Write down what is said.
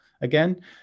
again